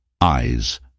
eyes